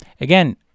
Again